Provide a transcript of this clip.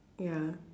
ya